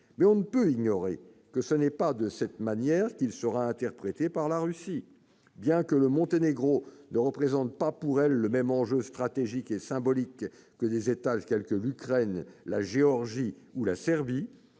on ne peut pas ignorer que ce n'est pas de cette manière qu'elle sera interprétée par la Russie. Bien que le Monténégro ne représente pas pour elle le même enjeu stratégique et symbolique que des États tels que l'Ukraine, la Géorgie ou encore la Serbie,